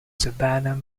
savannah